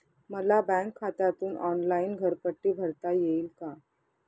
मला बँक खात्यातून ऑनलाइन घरपट्टी भरता येईल का?